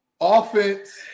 offense